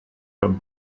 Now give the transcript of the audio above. homme